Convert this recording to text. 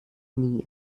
nie